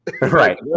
Right